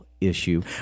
issue